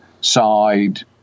side